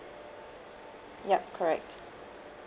yup correct